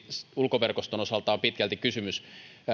ulkoverkoston osalta on pitkälti kysymys